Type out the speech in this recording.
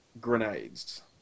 grenades